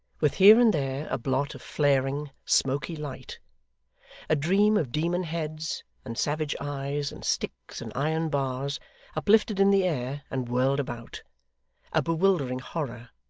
with here and there a blot of flaring, smoky light a dream of demon heads and savage eyes, and sticks and iron bars uplifted in the air, and whirled about a bewildering horror,